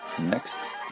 next